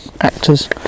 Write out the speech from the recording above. Actors